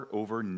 over